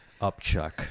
upchuck